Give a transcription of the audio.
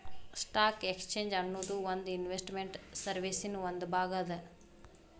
stock exchange ಅನ್ನೊದು ಒಂದ್ investment ಸರ್ವೇಸಿನ್ ಒಂದ್ ಭಾಗ ಅದ